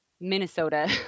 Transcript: Minnesota